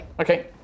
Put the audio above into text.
Okay